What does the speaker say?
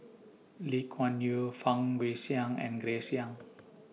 Lee Kuan Yew Fang Guixiang and Grace Young